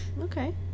Okay